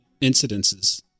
incidences